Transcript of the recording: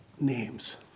names